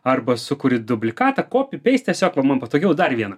arba sukuri dublikatą kopi peist tiesiog va man patogiau dar vieną